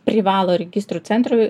privalo registrų centrui